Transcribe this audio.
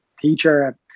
teacher